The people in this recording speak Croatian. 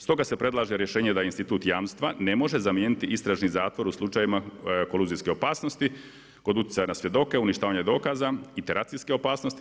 Stoga se predlaže rješenje da institut jamstva ne može zamijeniti istražni zatvor u slučajevima koluzijske opasnosti kod utjecaja na svjedoke, uništavanje dokaza, interakcijske opasnosti.